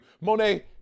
Monet